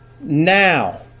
now